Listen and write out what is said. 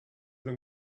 them